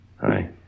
Hi